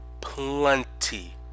plenty